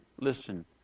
listen